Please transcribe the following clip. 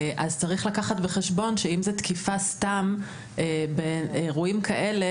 צריך לקחת בחשבון שאם זו תקיפה סתם באירועים כאלה,